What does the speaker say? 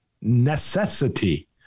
necessity